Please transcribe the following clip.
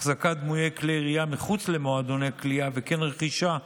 החזקת דמויי כלי ירייה מחוץ למועדוני קליעה וכן רכישה,